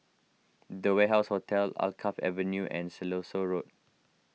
the Warehouse Hotel Alkaff Avenue and Siloso Road